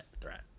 threat